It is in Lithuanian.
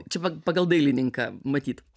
čia vat pagal dailininką matyt